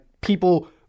people